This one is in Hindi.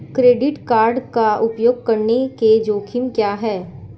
क्रेडिट कार्ड का उपयोग करने के जोखिम क्या हैं?